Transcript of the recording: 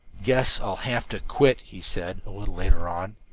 guess i'll have to quit, he said, a little later on.